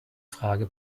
frage